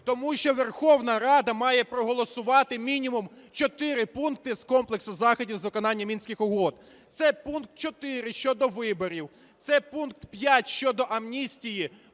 Тому що Верховна Рада має проголосувати мінімум чотири пункти з комплексу заходів з виконання Мінських угод. Це пункт 4 щодо виборів, це пункт 5 щодо амністії,